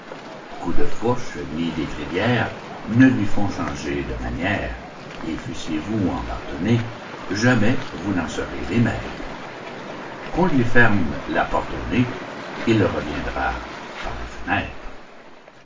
coups de fourches ni d'étrivières ne lui font changer de manières et fussiez-vous embâtonnés jamais vous n'en serez les maîtres qu'on lui ferme la porte au nez il reviendra par les fenêtres